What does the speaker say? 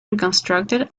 reconstructed